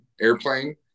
airplane